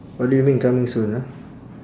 what do you mean coming soon ah